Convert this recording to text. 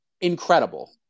incredible